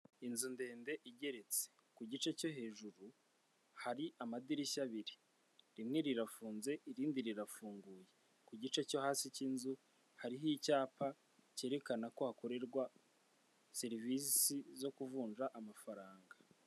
Umugabo wambaye ikoti ry'ikigina afite icyuma ndangurura majwi mu kuboko kw'iburyo bwe, ahagaze impande y'akameza k'ikirahure kateretsweho terefone ndetse n'udutabo, ari imbere y'abantu bicaye, inyuma yabo hakaba hariho icyapa gisize ibara ry'umweru, ndetse n'ubururu cyanditsweho amagambo ari mu rurimi rw'ikinyarwanda.